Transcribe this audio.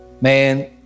Man